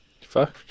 Fuck